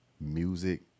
music